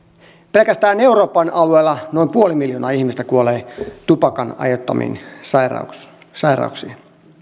pelkästään euroopan alueella noin puoli miljoonaa ihmistä kuolee tupakan aiheuttamiin sairauksiin sairauksiin